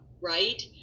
right